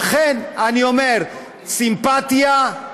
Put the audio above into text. לכן אני אומר: סימפתיה,